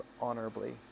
honorably